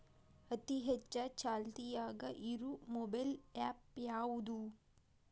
ಅತಿ ಹೆಚ್ಚ ಚಾಲ್ತಿಯಾಗ ಇರು ಮೊಬೈಲ್ ಆ್ಯಪ್ ಯಾವುದು?